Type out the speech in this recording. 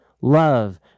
love